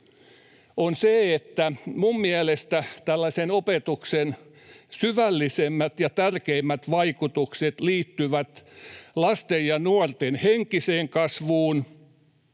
on se, että minun mielestäni tällaisen opetuksen syvällisemmät ja tärkeimmät vaikutukset liittyvät lasten ja nuorten henkiseen kasvuun,